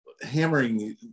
hammering